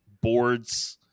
boards